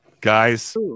Guys